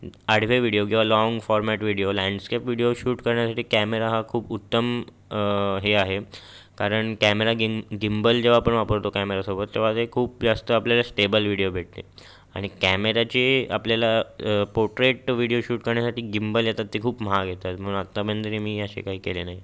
आडवे व्हिडिओ किंवा long format video landscape video shoot करण्यासाठी कॅमेरा हा खूप उत्तम हे आहे कारण कॅमेरा गिम्बल जेव्हा आपण वापरतो कॅमेरासोबत तेव्हा ते खूप जास्त आपल्याला स्टेबल व्हिडिओ भेटते आणि कॅमेऱ्याचे आपल्याला पोर्ट्रेट व्हिडिओ शूट करण्यासाठी गिम्बल येतात ते खूप महाग येतात म्हणून आत्तापर्यंत तरी मी असे काही केले नाही